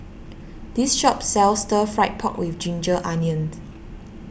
this shop sells Stir Fry Pork with Ginger Onions